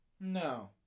No